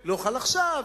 לא חל עכשיו.